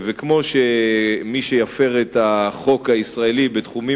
וכמו שמי שיפר את החוק הישראלי בתחומים